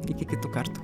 iki kitų kartų